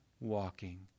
walking